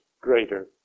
greater